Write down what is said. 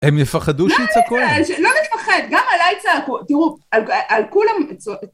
הם יפחדו שיצעקו. לא.. לא לפחד, גם עליי צעקו. תראו, על אה.. על כולם צוע...